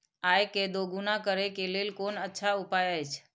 आय के दोगुणा करे के लेल कोन अच्छा उपाय अछि?